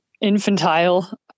infantile